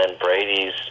Brady's